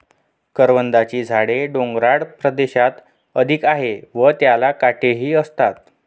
करवंदाची झाडे डोंगराळ प्रदेशात अधिक आहेत व त्याला काटेही असतात